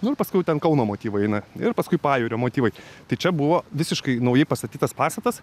nu ir paskiau ten kauno motyvai eina ir paskui pajūrio motyvai tai čia buvo visiškai naujai pastatytas pastatas